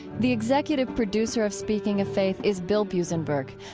the executive producer of speaking of faith is bill buzenberg.